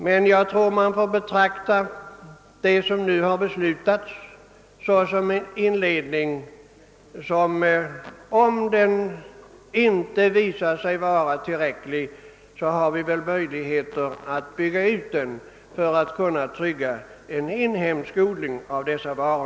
Men jag tror att vi får betrakta detta beslut såsom en inledning; om stödet visar sig inte vara tillräckligt har vi möjlighet att bygga ut det för att kunna trygga en inhemsk odling av dessa varor.